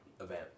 event